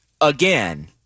again